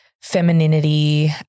femininity